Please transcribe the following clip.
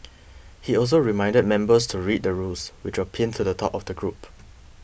he also reminded members to read the rules which was pinned to the top of the group